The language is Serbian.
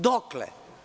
Dokle?